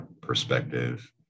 perspective